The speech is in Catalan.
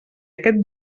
aquest